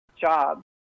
jobs